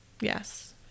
Yes